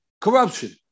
corruption